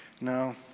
no